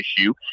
issue